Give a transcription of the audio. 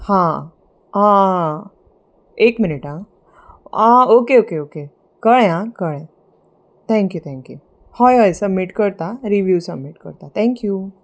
हां आ एक मिनट आ आ ओके ओके ओके कळ्ळें आं कळ्ळे थँक्यू थँक्यू हय हय सबमीट करता रिव्यू सबमीट करता थँक्यू